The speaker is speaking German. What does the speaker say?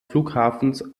flughafens